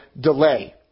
delay